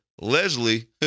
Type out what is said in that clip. Leslie